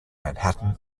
manhattan